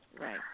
Right